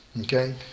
Okay